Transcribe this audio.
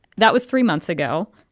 that was three months ago.